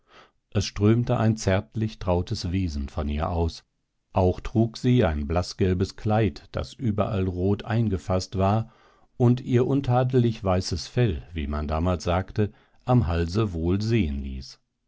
es strömte ein zärtlich trautes wesen von ihr aus auch trug sie ein blaßgelbem kleid das überall rot eingefaßt war und ihr untadelig weißes fell wie man damals sagte am halse wohl sehen ließ